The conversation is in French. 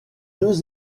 deux